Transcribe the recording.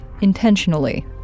intentionally